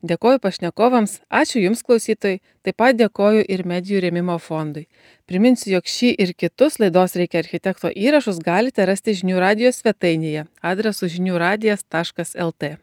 dėkoju pašnekovams ačiū jums klausytojai taip pat dėkoju ir medijų rėmimo fondui priminsiu jog šį ir kitus laidos reikia architekto įrašus galite rasti žinių radijo svetainėje adresu žinių radijas taškas lt